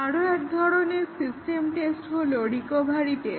আরো এক ধরনের সিস্টেম টেস্ট হলো রিকভারি টেস্ট